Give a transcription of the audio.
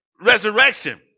resurrection